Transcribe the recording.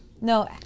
No